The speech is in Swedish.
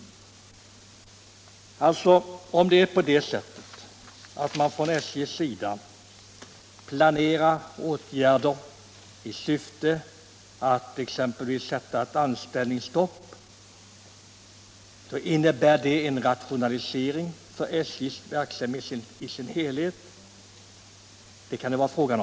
Om det är på det sättet att SJ planerar åtgärder i syfte att exempelvis sätta stopp för nyanställning, innebär det då en rationalisering av SJ:s verksamhet i sin helhet?